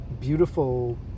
beautiful